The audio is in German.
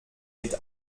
mit